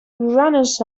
runners